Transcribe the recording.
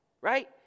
right